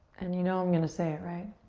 and, you know, i'm gonna say it, right?